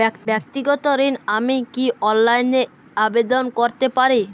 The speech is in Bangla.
ব্যাক্তিগত ঋণ আমি কি অনলাইন এ আবেদন করতে পারি?